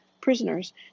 prisoners